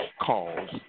calls